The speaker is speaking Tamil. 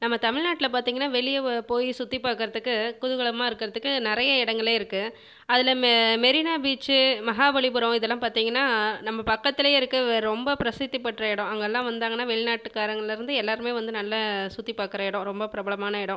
நம்ம தமிழ்நாட்டில் பார்த்தீங்கனா வெளியே வ போய் சுற்றி பார்க்கறத்துக்கு குதுகலமாக இருக்கிறத்துக்கு நிறைய இடங்களே இருக்கு அதில் மெ மெரினா பீச்சு மகாபலிபுரம் இதல்லாம் பார்த்தீங்கனா நம்ம பக்கத்திலயே இருக்க ரொம்ப பிரசித்தி பெற்ற இடம் அங்கேல்லாம் வந்தாங்கன்னா வெளிநாட்டுக்காரங்கள்லேருந்து எல்லாருமே வந்து நல்லா சுற்றி பார்க்குற இடம் ரொம்ப பிரபலமான இடம்